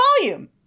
volume